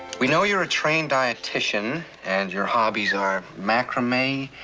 we know you're a trained dietitian, and your hobbies are macrame,